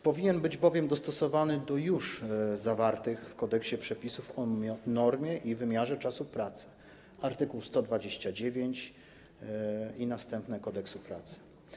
Powinien być bowiem dostosowany do już zawartych w kodeksie przepisów o normie i wymiarze czasu pracy, art. 129 i następne Kodeksu pracy.